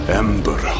ember